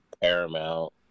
paramount